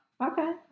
Okay